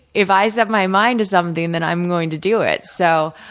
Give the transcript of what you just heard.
if i set my mind to something, then i'm going to do it. so,